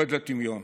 יורד לטמיון.